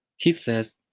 he says,